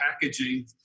packaging